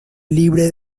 libre